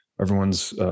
everyone's